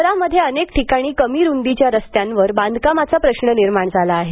शहरामध्ये अनेक ठिकाणी कमी रुंदीच्या रस्त्यांवर बांधकामांचा प्रश्र निर्माण झाला आहे